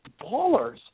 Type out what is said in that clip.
ballers